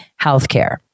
healthcare